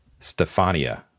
Stefania